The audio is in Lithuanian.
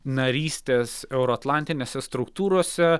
narystės euroatlantinėse struktūrose